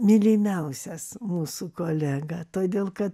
mylimiausias mūsų kolega todėl kad